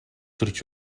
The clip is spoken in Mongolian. төрж